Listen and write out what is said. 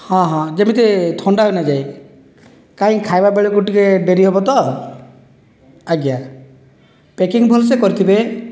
ହଁ ହଁ ଯେମିତି ଥଣ୍ଡା ହୋଇନଯାଏ କାହିଁକି ଖାଇବା ବେଳକୁ ଟିକେ ଡେରି ହେବ ତ ଆଜ୍ଞା ପ୍ୟାକିଂ ଭଲସେ କରିଥିବେ